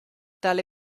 tale